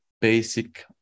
basic